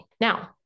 Now